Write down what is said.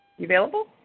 available